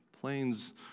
planes